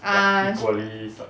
ah sh~